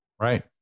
Right